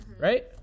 Right